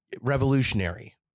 revolutionary